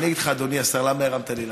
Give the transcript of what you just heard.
אני אגיד לך, אדוני השר, למה הנחת לי להנחתה,